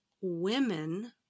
women